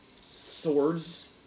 swords